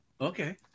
Okay